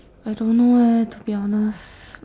I don't know leh to be honest